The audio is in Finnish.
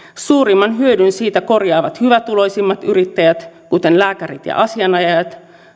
suurimman hyödyn siitä korjaavat hyvätuloisimmat yrittäjät kuten lääkärit ja asianajajat